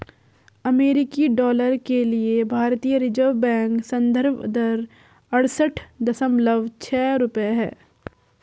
अमेरिकी डॉलर के लिए भारतीय रिज़र्व बैंक संदर्भ दर अड़सठ दशमलव छह रुपये है